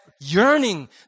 yearning